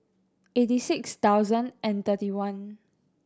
eighty six thousand and thirty one